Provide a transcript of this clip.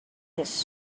this